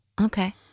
Okay